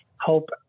help